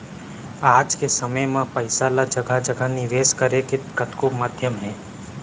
आज के समे म पइसा ल जघा जघा निवेस करे के कतको माध्यम हे